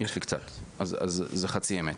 יש לי קצת, אז זה חצי אמת.